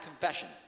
confession